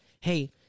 Hey